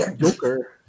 Joker